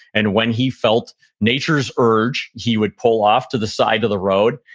and when he felt nature's urge, he would pull off to the side of the road,